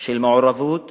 של מעורבות